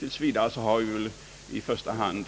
Tills vidare har vi väl i första hand